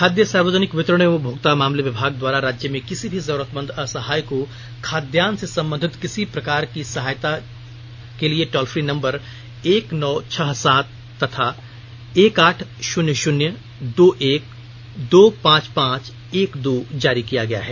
खाद्य सार्वजनिक वितरण एवं उपभोक्ता मामले विभाग द्वारा राज्य में किसी भी जरूरतमंद असहाय को खाद्यान्न से संबंधित किसी भी प्रकार की समस्या को दूर कराने के लिए टॉल फ्री नम्बर एक नौ छह सात तथा एक आठ शून्य शून्य दो एक दो पांच पांच एक दो जारी किया गया हैं